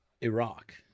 Iraq